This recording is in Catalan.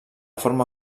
forma